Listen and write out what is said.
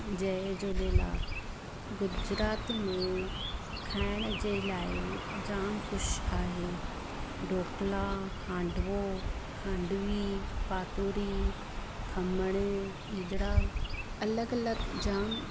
जय झूलेलाल गुजरात में खाइण जे लाइ जाम कुझु आहे ढोकला हांडवो खांडवी पातूरी खमण इजड़ा अलॻि अलॻि जाम